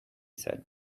said